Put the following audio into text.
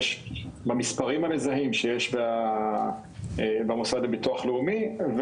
במספרים המזהים שיש במוסד לביטוח הלאומי,